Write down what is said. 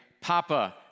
Papa